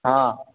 हँ